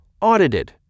audited